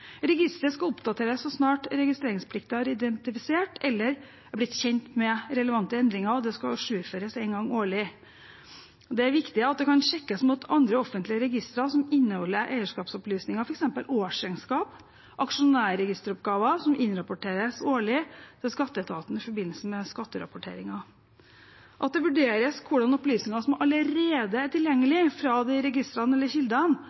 Registeret skal oppdateres så snart registreringsplikten er identifisert eller man er blitt kjent med relevante endringer, og det skal ajourføres én gang årlig. Det er viktig at det kan sjekkes mot andre offentlige registre som inneholder eierskapsopplysninger, f.eks. årsregnskap og aksjonærregisteroppgaver som innrapporteres årlig til skatteetaten i forbindelse med skatterapporteringen. At det vurderes hvordan opplysninger som allerede er tilgjengelige fra disse registrene eller kildene,